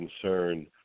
concern